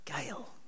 Gail